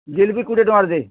ଜିଲ୍ପି କୁଡ଼େ ଟଙ୍ଗାର୍ ଦେ